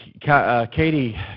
Katie